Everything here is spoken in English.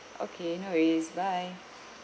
okay no worries bye